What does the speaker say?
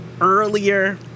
earlier